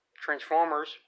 Transformers